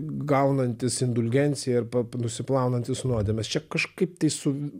gaunantis indulgenciją ir pa nusiplaunantis nuodėmes čia kažkaip tai su